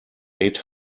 eight